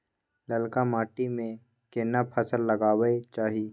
ललका माटी में केना फसल लगाबै चाही?